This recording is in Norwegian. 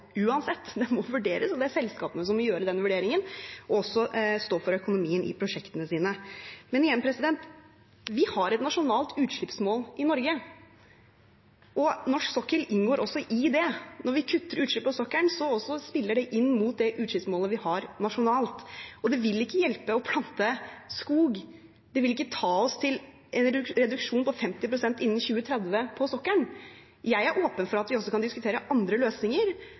uansett. Det må vurderes, og det er selskapene som må gjøre den vurderingen og også stå for økonomien i prosjektene sine. Men igjen: Vi har et nasjonalt utslippsmål i Norge, og norsk sokkel inngår også i det. Når vi kutter utslipp på sokkelen, spiller det inn mot det utslippsmålet vi har nasjonalt. Det vil ikke hjelpe å plante skog. Det vil ikke ta oss til en reduksjon på 50 pst. innen 2030 på sokkelen. Jeg er åpen for at vi også kan diskutere andre løsninger,